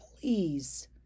please